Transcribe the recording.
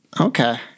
Okay